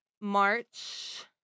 March